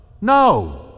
No